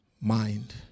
Mind